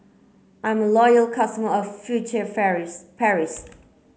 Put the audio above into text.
I'm a loyal customer of Furtere Paris